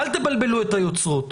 אל תבלבלו את היוצרות,